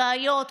לבעיות,